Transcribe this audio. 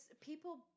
people